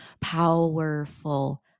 powerful